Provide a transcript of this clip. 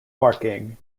marking